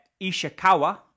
Ishikawa